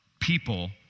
people